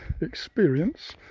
experience